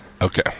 Okay